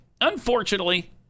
unfortunately